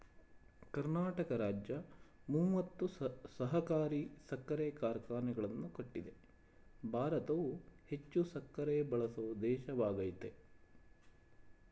ಕರ್ನಾಟಕ ರಾಜ್ಯ ಮೂವತ್ತು ಸಹಕಾರಿ ಸಕ್ಕರೆ ಕಾರ್ಖಾನೆಗಳನ್ನು ಕಟ್ಟಿದೆ ಭಾರತವು ಹೆಚ್ಚು ಸಕ್ಕರೆ ಬಳಸೋ ದೇಶವಾಗಯ್ತೆ